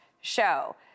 show